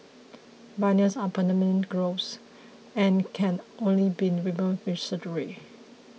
bunions are permanent growths and can only be removed with surgery